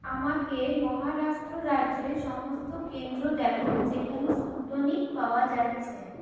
আমাকে মহারাষ্ট্র রাজ্যের সমস্ত কেন্দ্র দেখান যেখানে স্পুটনিক পাওয়া যাচ্ছে